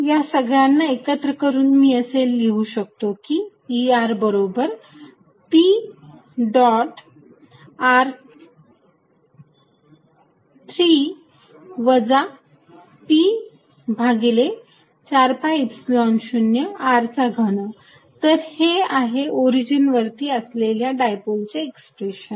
तर या सगळ्यांना एकत्र करून मी असे लिहू शकतो की E बरोबर p डॉट r 3 वजा p भागिले 4 pi Epsilon 0 r चा घन तर हे आहे ओरिजिन वरती असलेल्या डायपोलचे एक्सप्रेशन